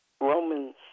Romans